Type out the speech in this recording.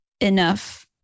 enough